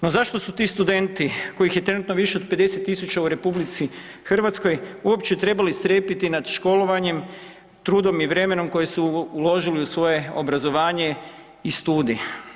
No, zašto su ti studenti kojih je trenutno više od 50 tisuća u RH uopće trebalo strepiti nad školovanjem, trudom i vremenom koje su uložili u svoje obrazovanje i studij?